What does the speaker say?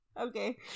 Okay